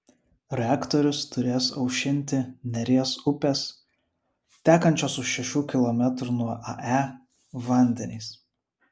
reaktorius turės aušinti neries upės tekančios už šešių kilometrų nuo ae vandenys